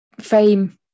fame